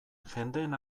jendeen